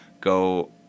Go